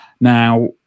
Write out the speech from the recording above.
Now